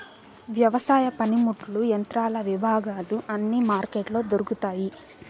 వ్యవసాయ పనిముట్లు యంత్రాల విభాగాలు అన్ని మార్కెట్లో దొరుకుతాయి